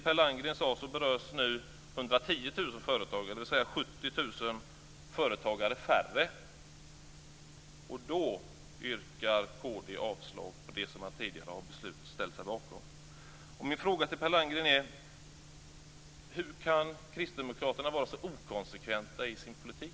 företagare, dvs. 70 000 företagare färre. Då yrkar kd avslag på det som man tidigare har ställt sig bakom. Min fråga till Per Landgren är: Hur kan kristdemokraterna vara så inkonsekventa i sin politik?